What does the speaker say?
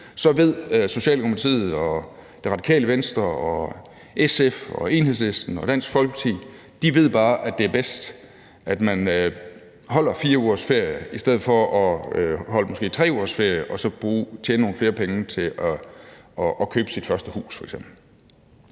år, ved Socialdemokratiet, Det Radikale Venstre, SF, Enhedslisten og Dansk Folkeparti bare, at det er bedst, at man holder 4 ugers ferie i stedet for måske at holde 3 ugers ferie og så tjene nogle flere penge til f.eks. at købe sit første hus.